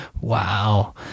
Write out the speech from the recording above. Wow